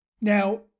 Now